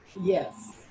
yes